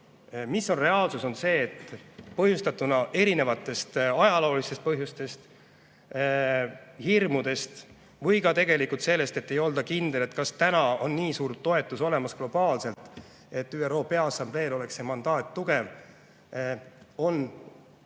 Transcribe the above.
Reaalsus on see, et põhjustatuna erinevatest ajaloolistest põhjustest, hirmudest või ka tegelikult sellest, et ei olda kindel, et täna on nii suur toetus globaalselt olemas, et ÜRO Peaassambleel oleks see mandaat tugev. Ei ole sellele